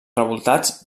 revoltats